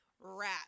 rat